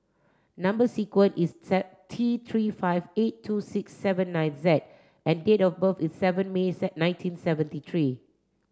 number sequence is T three five eight two six seven nine Z and date of birth is seven May nineteen seventy three